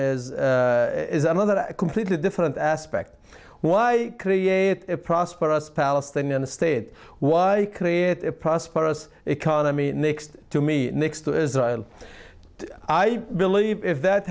is is another completely different aspect why create a prosperous palestinian state why create a prosperous economy next to me next to israel i believe if that